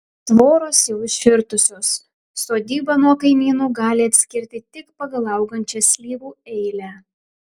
tvoros jau išvirtusios sodybą nuo kaimynų gali atskirti tik pagal augančią slyvų eilę